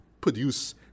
produce